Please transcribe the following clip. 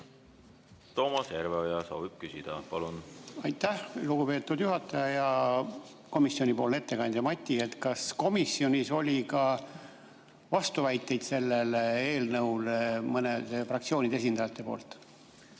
Toomas Järveoja soovib küsida. Palun! Aitäh, lugupeetud juhataja! Hea komisjoni ettekandja Mati! Kas komisjonis oli ka vastuväiteid sellele eelnõule mõne fraktsiooni esindajate poolt?